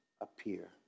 appear